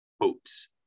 hopes